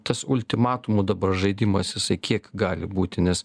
tas ultimatumų dabar žaidimas jisai kiek gali būti nes